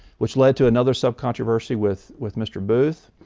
which led to another sub controversy with with mr. booth,